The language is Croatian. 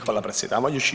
Hvala predsjedavajući.